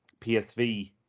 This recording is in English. PSV